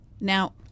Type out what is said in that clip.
Now